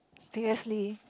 previously